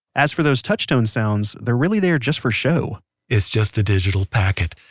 as for those touch tone sounds, they're really there just for show it's just a digital packet.